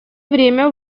время